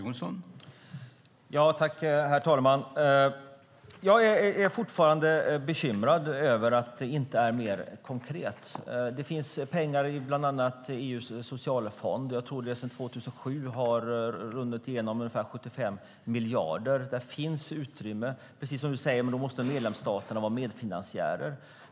Herr talman! Jag är fortfarande bekymrad över att det inte är mer konkret. Det finns pengar i bland annat EU:s socialfond. Jag tror att det har runnit igenom ungefär 75 miljarder sedan 2007. Där finns utrymme, precis som du säger, men då måste medlemsstaterna vara medfinansiärer.